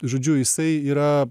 žodžiu jisai yra